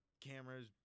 cameras